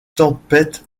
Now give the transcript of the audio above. tempêtes